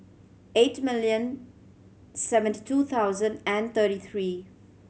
eight million seventy two thousand and thirty three